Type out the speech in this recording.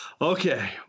Okay